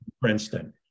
Princeton